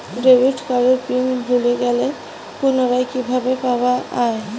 Debit কার্ডের pin ভুলে গেলে পুনরায় কিভাবে পাওয়া য়ায়?